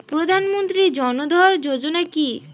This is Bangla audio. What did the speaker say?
প্রধানমন্ত্রী জনধন যোজনা কি?